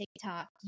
tiktok